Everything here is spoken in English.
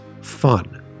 fun